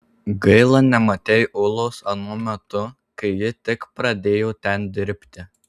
gaila nematei ulos anuo metu kai ji tik pradėjo ten dirbti